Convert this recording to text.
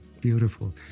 beautiful